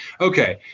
Okay